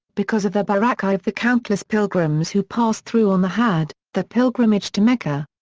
because of the barakah of the countless pilgrims who passed through on the hadj, the pilgrimage to mecca.